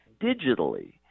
digitally